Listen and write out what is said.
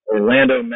Orlando